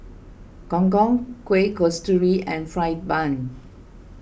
Gong Gong Kueh Kasturi and Fried Bun